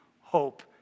hope